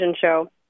show